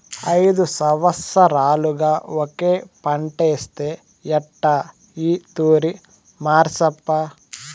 ఐదు సంవత్సరాలుగా ఒకే పంటేస్తే ఎట్టా ఈ తూరి మార్సప్పా